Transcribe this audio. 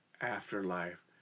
afterlife